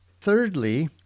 Thirdly